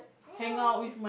you know